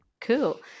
cool